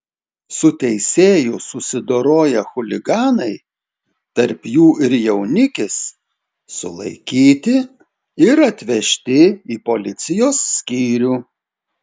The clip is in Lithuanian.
su teisėju susidoroję chuliganai tarp jų ir jaunikis sulaikyti ir atvežti į policijos skyrių